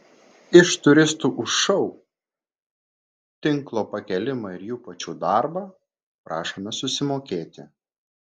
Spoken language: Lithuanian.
iš turistų už šou tinklo pakėlimą ir jų pačių darbą prašoma susimokėti